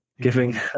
giving